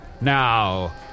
now